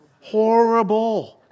horrible